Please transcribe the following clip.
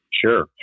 Sure